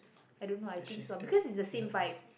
I don't know I think so lah because it's the same vibe